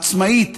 עצמאית,